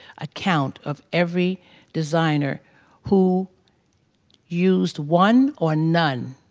a count of every designer who used one or none